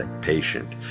patient